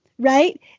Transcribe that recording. Right